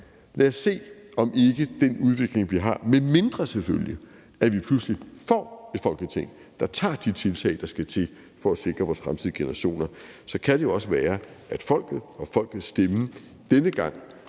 der gik den vej. Medmindre vi selvfølgelig pludselig får et Folketing, der tager de tiltag, der skal til, for at sikre vores fremtidige generationer, kan det jo også være, at folket og folkets stemme denne gang